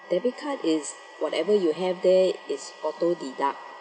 debit card is whatever you have there is auto deduct